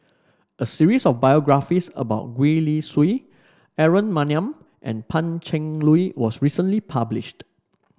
a series of biographies about Gwee Li Sui Aaron Maniam and Pan Cheng Lui was recently published